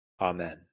Amen